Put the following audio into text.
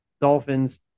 Dolphins